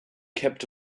kept